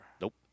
Nope